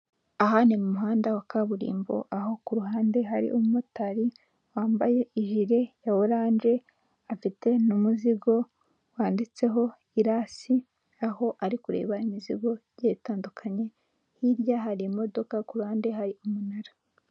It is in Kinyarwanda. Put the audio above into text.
Aha ni mu muhanda wa kaburimbo aho ku ruhande hari umumotari wambaye ijiri ya orange afite n'umuzigo wanditseho irasi aho ari kureba imizigo yitandukanye. Hirya hari imodoka ku ruhande hari umunara.